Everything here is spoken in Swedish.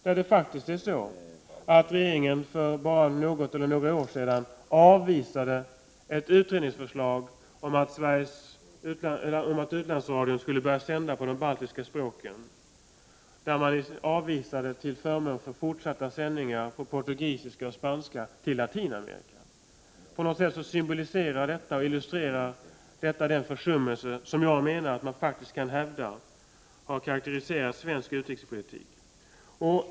Det är faktiskt så, att regeringen för bara något eller några år sedan avvisade ett utredningsförslag om att utlandsradion skulle börja sända på de baltiska språken. Man avvisade det till förmån för fortsatta sändningar på portugisiska och spanska till Latinamerika. På något sätt illustrerar detta den försummelse som jag menar faktiskt har karakteriserat svensk utrikespolitik.